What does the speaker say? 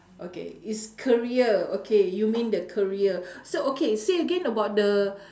okay it's career okay you mean the career so okay say again about the